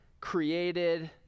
created